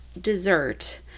dessert